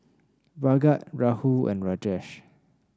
Bhagat Rahul and Rajesh